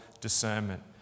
discernment